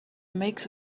makes